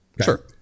Sure